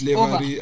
over